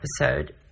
episode